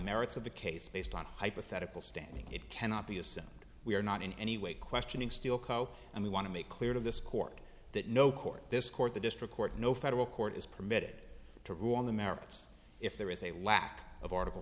merits of the case based on hypothetical standing it cannot be assumed we are not in any way questioning still co and we want to make clear to this court that no court this court the district court no federal court is permitted to rule on the merits if there is a lack of article